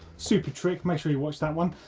super tricked, make sure you watch that one.